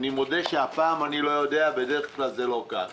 אני מודה שהפעם אני לא יודע, בדרך כלל זה לא כך.